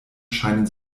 scheinen